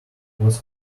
was